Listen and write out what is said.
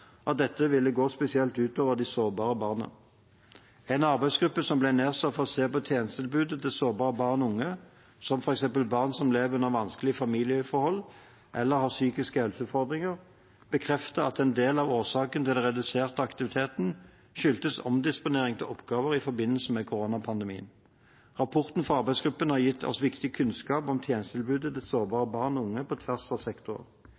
at dette ville gå spesielt ut over de sårbare barna. En arbeidsgruppe som ble nedsatt for å se på tjenestetilbudet til sårbare barn og unge, som f.eks. barn som lever under vanskelige familieforhold eller har psykiske helseutfordringer, bekrefter at en del av årsaken til den reduserte aktiviteten skyldtes omdisponering til oppgaver i forbindelse med koronapandemien. Rapporten fra arbeidsgruppen har gitt oss viktig kunnskap om tjenestetilbudet til sårbare barn og unge på tvers av